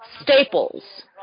Staples